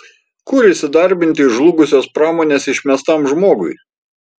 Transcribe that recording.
kur įsidarbinti iš žlugusios pramonės išmestam žmogui